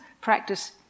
practice